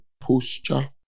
posture